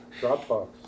Dropbox